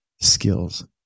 skills